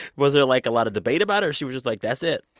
was there, like, a lot of debate about it, or she was just like, that's it?